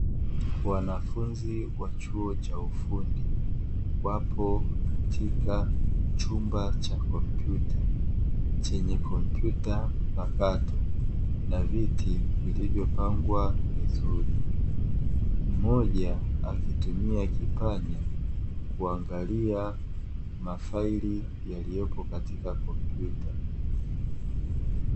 Wanafunzi wa chuo cha ufundi wapo katika chumba chenye cha komputa chenye komputa mpakato, na viti vilivyopangwa vizuri mmoja akitumia kipanya kuangalia mafaili yaliyopo katika komputa.